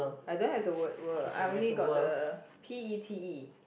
I don't have the word world I only got the P_E_T_E